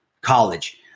college